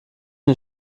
den